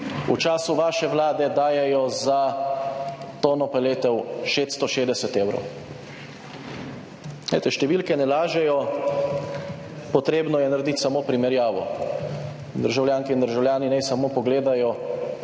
v času vaše vlade dajejo za tono paletov 660 evrov. Glejte, številke ne lažejo, potrebno je narediti samo primerjavo. Državljanke in državljani naj samo pogledajo